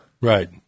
Right